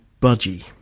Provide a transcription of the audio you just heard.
budgie